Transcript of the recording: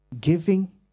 giving